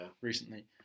recently